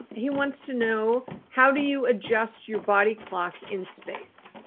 he wants to know how do you adjust your body clock in space?